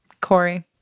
Corey